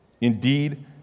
Indeed